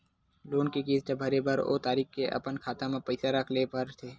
loan के किस्त भरे बर ओ तारीख के अपन खाता म पइसा राखे ल परथे